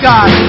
God